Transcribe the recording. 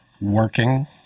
working